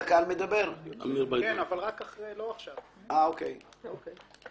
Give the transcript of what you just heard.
במטרה להקים חווה לחקלאות אורגנית ולרעיית עדר צאן.